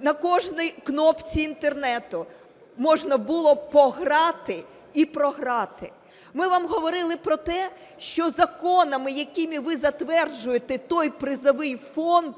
на кожній кнопці інтернету можна було пограти і програти. Ми вам говорили про те, що законами, якими ви затверджуєте той призовий фонд,